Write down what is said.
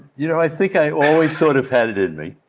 you know, i think i always sort of had it in me.